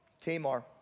Tamar